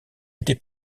été